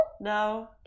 no